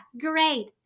great